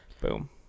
Boom